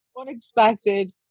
unexpected